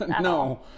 No